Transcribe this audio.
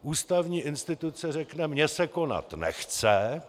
Ústavní instituce řekne: Mně se konat nechce.